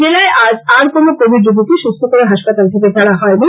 জেলায় আজ আর কোন কোবিড রোগীকে সুস্থ করে হাসপাতাল থেকে ছাড়া হয় নি